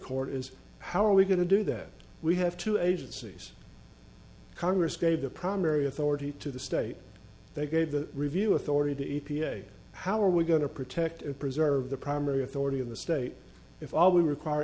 court is how are we going to do that we have two agencies congress gave the primary authority to the state they gave the review authority to e p a how are we going to protect and preserve the primary authority of the state if we require